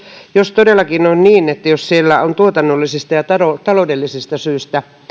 jos todellakin on niin että jos siellä on tuotannollisista ja taloudellisista syistä